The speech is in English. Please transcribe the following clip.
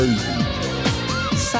crazy